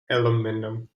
aluminum